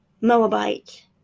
Moabite